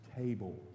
table